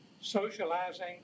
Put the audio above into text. socializing